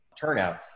turnout